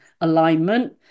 alignment